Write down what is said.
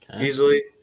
easily